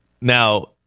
Now